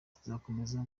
tuzakomeza